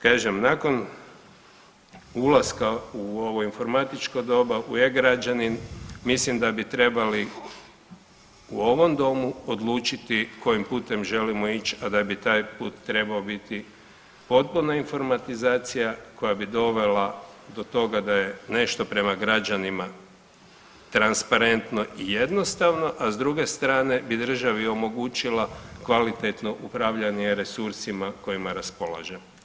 Kažem nakon ulaska u ovo informatičko doba, u e-građanin mislim da bi trebali u ovom domu odlučiti kojim putem želimo ići, a da bi taj put trebao biti potpuna informatizacija koja bi dovela do toga da je nešto prema građanima transparentno i jednostavno, a s druge strane bi državi omogućila kvalitetno upravljanje resursima kojima raspolaže.